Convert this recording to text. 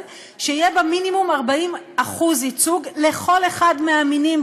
שיהיה בה מינימום 40% ייצוג לכל אחד מהמינים,